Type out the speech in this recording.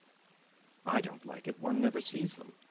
i don't like it. one never sees them.